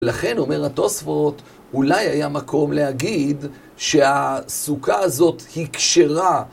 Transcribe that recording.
לכן אומר התוספות, אולי היה מקום להגיד שהסוכה הזאת היא כשרה.